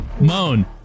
Moan